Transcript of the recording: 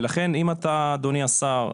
ולכן אם אתה אדוני השר,